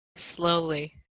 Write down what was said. Slowly